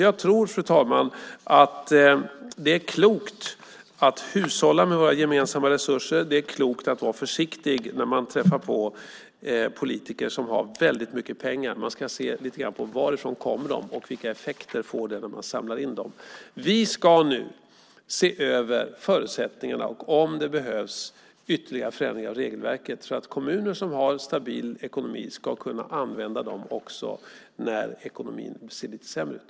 Jag tror, fru talman, att det är klokt att hushålla med våra gemensamma resurser. Det är klokt att vara försiktig när man träffar på politiker som har väldigt mycket pengar. Man ska se lite grann på varifrån de kommer och vilka effekter det får när man samlar in dem. Vi ska nu se över förutsättningarna och om det behövs ytterligare förändringar av regelverket för att kommuner som har stabil ekonomi ska kunna använda dem också när ekonomin ser lite sämre ut.